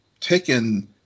taken